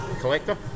collector